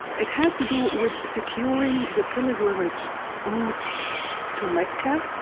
it has to do with securing the pilgrimage routes to mecca,